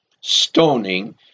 stoning